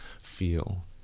feel